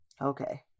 Okay